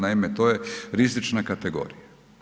Naime to je rizična kategorija.